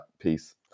piece